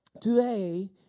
today